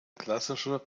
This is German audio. klassische